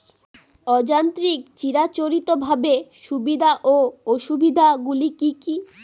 অযান্ত্রিক চিরাচরিতভাবে সুবিধা ও অসুবিধা গুলি কি কি?